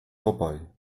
vorbei